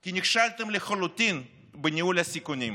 כי נכשלתם לחלוטין בניהול הסיכונים.